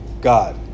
God